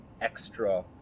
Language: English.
extra